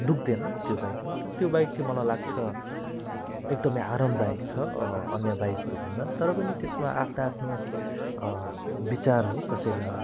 दुख्दैन त्यो बाइकमा र त्यो बाइक चाहिँ मलाई लाग्छ एकदमै आरामदायक छ अन्य बाइकहरू भन्दा तर पनि त्यसमा आफ्ना आफ्नो विचार हो कसैलाई